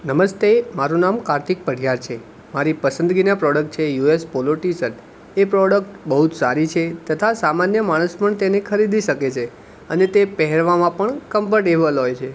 નમસ્તે મારું નામ કાર્તિક પઢીયાર છે મારી પસંદગીનાં પ્રોડક્ટ્સ છે યુએસ પોલો ટી શર્ટ એ પ્રોડક્ટ બહુ જ સારી છે તથા તેને સામાન્ય માણસ પણ તેને ખરીદી શકે છે અને તે પહેરવામાં પણ કમ્ફર્ટેબલ હોય છે